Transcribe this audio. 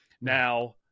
Now